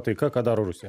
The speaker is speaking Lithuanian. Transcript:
taika ką daro rusija